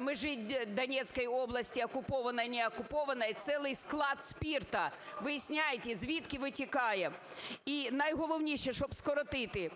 межі Донецької області окупованої, неокупованої, целый склад спирта. Выясняйте, звідки витікає. І найголовніше, щоб скоротити.